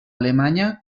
alemanya